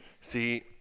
See